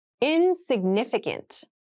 Insignificant